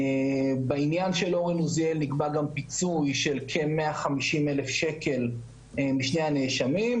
בעניין של אורן עוזיאל נקבע גם פיצוי של כ-150,000 שקל משני הנאשמים,